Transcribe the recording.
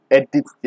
edit